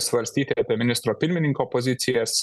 svarstyti apie ministro pirmininko pozicijas